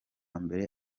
mbere